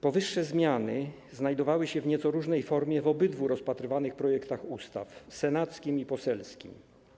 Powyższe zmiany znajdowały się w nieco różnej formie w obydwu rozpatrywanych projektach ustaw: senackim i poselskim.